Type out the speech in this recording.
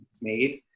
made